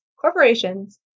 corporations